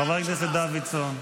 חבר הכנסת דוידסון.